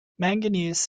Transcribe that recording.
manganese